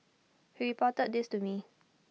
he reported this to me